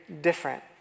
different